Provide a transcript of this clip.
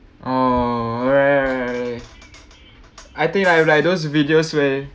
oh oh right right right right I think I've like those videos where